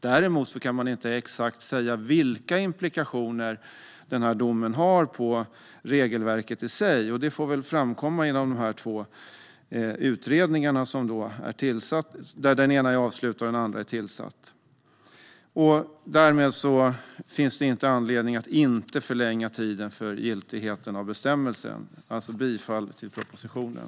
Däremot kan man inte säga exakt vilka implikationer den här domen har på regelverket i sig. Det får väl framkomma i de här två utredningarna, varav den ena är avslutad och den andra är tillsatt. Därmed finns det inte anledning att inte förlänga tiden för giltigheten av bestämmelsen. Jag yrkar alltså bifall till propositionen.